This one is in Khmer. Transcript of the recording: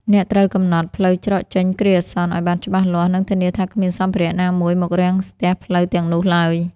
អ្នកត្រូវកំណត់ ផ្លូវច្រកចេញគ្រាអាសន្ន ឱ្យបានច្បាស់លាស់ និងធានាថាគ្មានសម្ភារៈណាមួយមករាំងស្ទះផ្លូវទាំងនោះឡើយ។